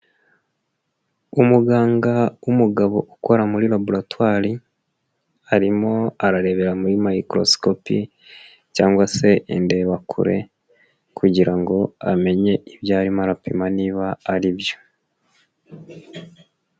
Umuganga w'umugabo ukora muri laboratwari arimo ararebera muri mayikorosikopi cyangwa se indebakure, kugira ngo amenye ibyo arimo arapima niba ari byo.